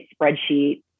spreadsheet